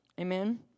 amen